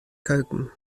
keuken